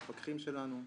המפקחים שלנו.